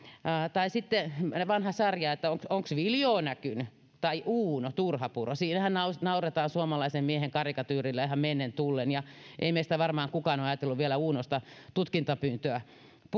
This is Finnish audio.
tai sitten vanha sarja onks viljoo näkyny tai uuno turhapuro siinähän nauretaan suomalaisen miehen karikatyyrille ihan mennen tullen ja ei meistä varmaan kukaan ole ajatellut vielä uunosta tutkintapyyntöä